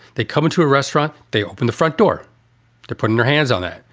they come into a restaurant. they open the front door to put and your hands on it.